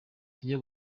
tujye